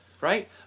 right